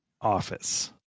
office